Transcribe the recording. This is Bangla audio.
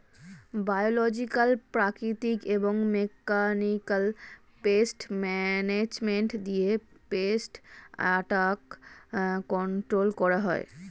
বায়োলজিকাল, প্রাকৃতিক এবং মেকানিকাল পেস্ট ম্যানেজমেন্ট দিয়ে পেস্ট অ্যাটাক কন্ট্রোল করা হয়